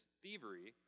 thievery